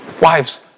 Wives